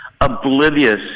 oblivious